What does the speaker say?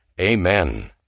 Amen